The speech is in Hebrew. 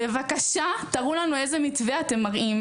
בבקשה תראו לנו איזה מתווה אתם מראים,